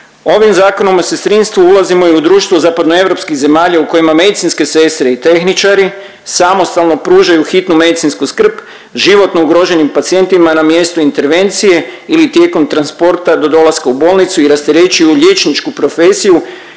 Ovim Zakonom o sestrinstvu ulazimo i u društvo zapadnoeuropskih zemalja u kojima medicinske sestre i tehničari samostalno pružaju hitnu medicinsku skrb životno ugroženim pacijentima na mjestu intervencije ili tijekom transporta do dolaska u bolnicu i rasterećuju liječničku profesiju